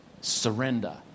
Surrender